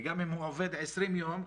וגם אם הוא עובד 20 יום,